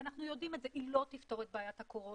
ואנחנו יודעים שהיא לא תפתור את בעיית הקורונה.